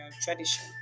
tradition